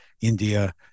India